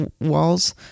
walls